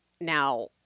Now